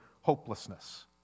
hopelessness